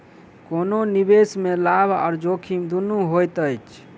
कोनो निवेश में लाभ आ जोखिम दुनू होइत अछि